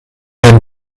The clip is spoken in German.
den